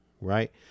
Right